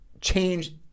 change